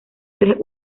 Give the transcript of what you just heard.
tres